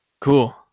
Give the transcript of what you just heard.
Cool